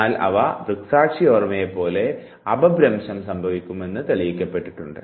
എന്നാൽ അവ ദൃക്സാക്ഷി ഓർമ്മയെ പോലെ അപഭ്രംശം സംഭവിക്കുമെന്ന് തെളിയിക്കപ്പെട്ടിട്ടുണ്ട്